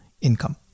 income